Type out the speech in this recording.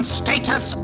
status